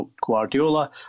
Guardiola